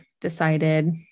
decided